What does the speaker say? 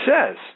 says